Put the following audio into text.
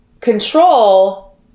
control